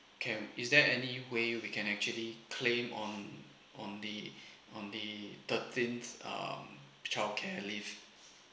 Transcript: can is there any way we can actually claim on on the on the thirteenth um childcare leave